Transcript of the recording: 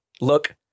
look